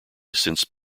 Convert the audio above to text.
since